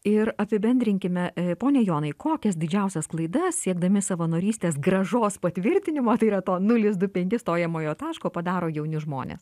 ir apibendrinkime pone jonai kokias didžiausias klaidas siekdami savanorystės grąžos patvirtinimo tai yra to nulis du penki stojamojo taško padaro jauni žmonės